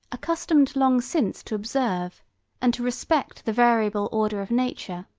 accustomed long since to observe and to respect the variable order of nature,